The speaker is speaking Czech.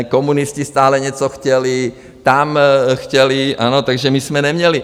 Komunisti stále něco chtěli, tam chtěli, ano, takže my jsme neměli.